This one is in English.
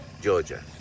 georgia